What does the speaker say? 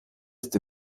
ist